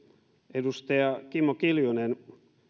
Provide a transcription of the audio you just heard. edustaja kimmo kiljunen